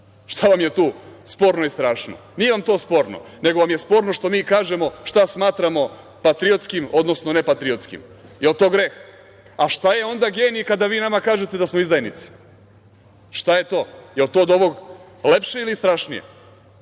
Šta vam je tu sporno i strašno? Nije vam to sporno, nego vam je sporno što mi kažemo šta smatramo patriotskim, odnosno ne patriotskim. Da li je to greh? A šta je onda geniji kada vi nama kažete da smo mi izdajnici. Šta je to? Da li je to od ovog lepše ili strašnije?